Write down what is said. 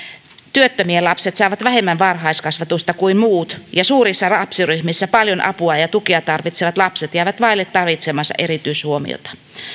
työttömien lapset saavat vähemmän varhaiskasvatusta kuin muut ja suurissa lapsiryhmissä paljon apua ja tukea tarvitsevat lapset jäävät vaille tarvitsemaansa erityishuomiota